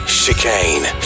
chicane